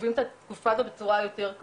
חווים את התקופה הזאת בצורה יותר קשה.